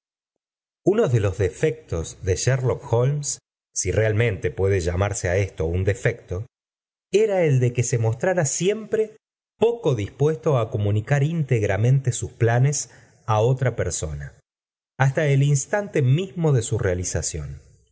uno de los defecto do sherloek holmes si realmente puede llamarse a esto un defecto i ia el de que se mostrara siempre poco dispuesto a comunicar íntegramente su planes a otra persona hasta el instante mismo de su realización